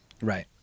right